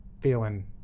feeling